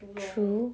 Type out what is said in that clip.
true